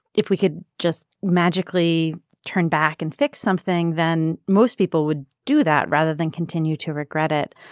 if we could just magically turn back and fix something, then most people would do that rather than continue to regret it.